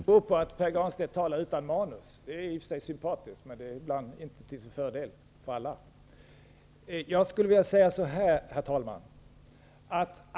Herr talman! Nu börjar det likna något. Kan det bero på att Pär Granstedt talar utan manus? Det är i och för sig sympatiskt, men det är inte till sin fördel för alla.